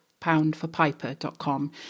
poundforpiper.com